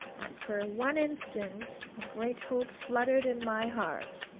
and for one instant a great hope fluttered in my heart.